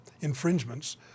infringements